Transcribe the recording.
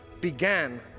began